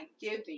giving